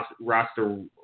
roster